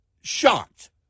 shocked